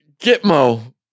Gitmo